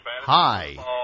Hi